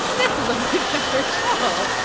this is a way better show.